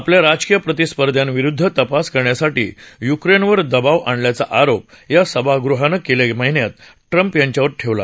आपल्या राजकीय प्रतिस्पध्याविरुद्ध तपास करण्यासाठी युक्रेनवर दबाव आणल्याचा आरोप या सभागृहानं गेल्या महिन्यात ट्रम्प यांच्यावर ठेवला